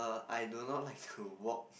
I do not like to walk